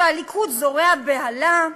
שהליכוד זורע בהלה,